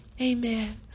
Amen